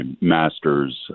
master's